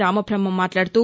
రామబహ్టం మాట్లాడుతూ